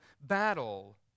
battle